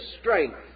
strength